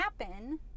happen